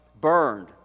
burned